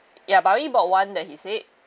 ya but I only bought one that he said